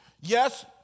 Yes